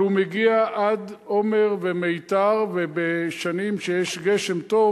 אבל הוא מגיע עד עומר ומיתר, ובשנים שיש גשם טוב